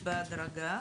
בהדרגה.